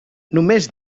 només